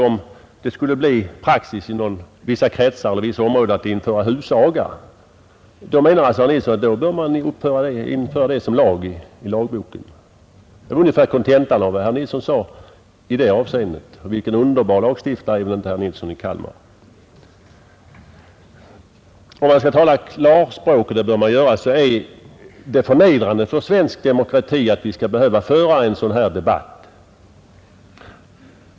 Om det inom vissa kretsar skulle bli praxis att införa husaga, menar herr Nilsson då att den skulle införas i lagboken? Det är ungefär kontentan av vad herr Nilsson sade i det avseendet. Vilken underbar lagstiftare är inte herr Nilsson i Kalmar. Om man skall tala klarspråk, och det bör man göra, så är det förnedrande för svensk demokrati att vi skall behöva föra en sådan här debatt.